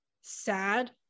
sad